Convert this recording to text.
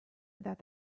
that